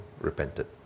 repented